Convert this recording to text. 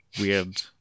weird